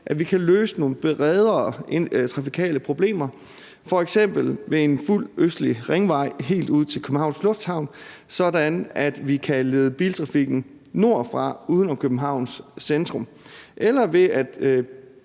at vi kan løse nogle bredere trafikale problemer, f.eks. ved en fuld østlig ringvej helt ud til Københavns Lufthavn, sådan at vi kan lede biltrafikken nordfra uden om Københavns centrum, eller ved at